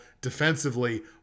defensively